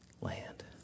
land